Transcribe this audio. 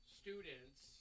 students